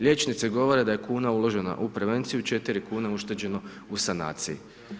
Liječnice govore da je kuna uložena u prevenciju, 4 kune ušteđeno u sanacije.